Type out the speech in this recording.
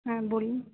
হ্যাঁ বলুন